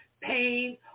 pain